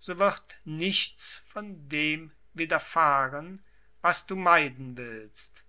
so wird nichts von dem widerfahren was du meiden willst